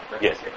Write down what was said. Yes